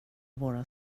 våra